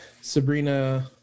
Sabrina